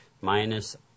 minus